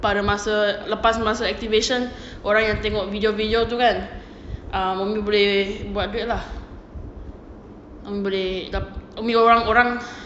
pada masa lepas masa activation orang yang tengok video video tu kan um mummy boleh buat duit lah umi boleh umi orang-orang